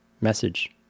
message